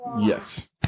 Yes